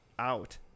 out